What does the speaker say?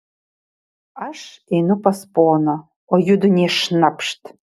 aš einu pas poną o judu nė šnapšt